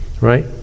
Right